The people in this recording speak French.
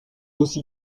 aussi